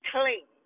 clean